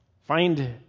Find